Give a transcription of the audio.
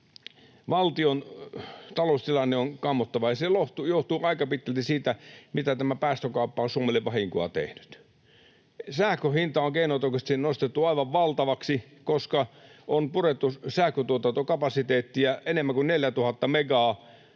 Valtion taloustilanne on kammottava, ja se johtuu aika pitkälti siitä, mitä päästökauppa on Suomelle vahinkoa tehnyt. Sähkön hinta on keinotekoisesti nostettu aivan valtavaksi, koska on purettu sähköntuotantokapasiteettia enemmän kuin 4 000 megaa